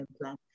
plan